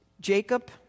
Jacob